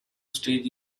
stage